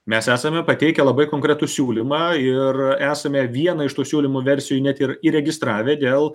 mes esame pateikę labai konkretų siūlymą ir esame vieną iš tų siūlymų versijų net ir įregistravę dėl